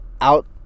out